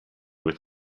with